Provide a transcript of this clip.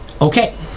okay